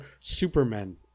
supermen